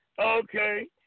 okay